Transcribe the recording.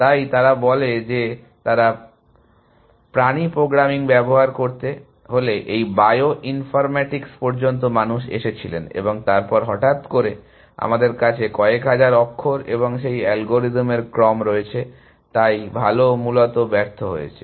তাই তারা বলে যে তারা প্রাণী প্রোগ্রামিং ব্যবহার করতে হলে এই বায়ো ইনফরম্যাটিক্স পর্যন্ত মানুষ এসেছিলেন এবং তারপরে হঠাৎ করে আমাদের কাছে কয়েক হাজার অক্ষর এবং সেই অ্যালগরিদমের ক্রম রয়েছে তাই ভাল মূলত ব্যর্থ হয়েছে